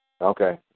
Okay